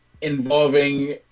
involving